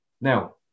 Now